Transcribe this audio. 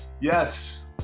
Yes